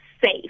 safe